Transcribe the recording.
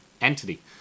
entity